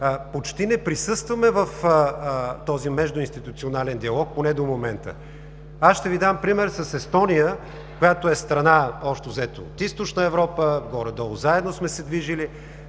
почти не присъстваме в този междуинституционален диалог, поне до момента. Аз ще Ви дам пример с Естония, която е страна общо взето от Източна Европа, горе-долу заедно сме се движили.